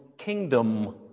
Kingdom